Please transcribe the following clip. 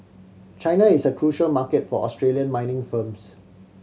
China is a crucial market for Australian mining firms